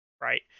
right